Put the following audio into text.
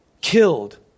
killed